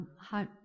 Hi